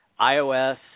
iOS